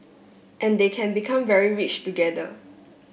and they can become very rich together